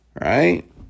Right